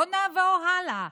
בוא נעבור הלאה,